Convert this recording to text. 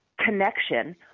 connection